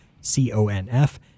c-o-n-f